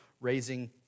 raising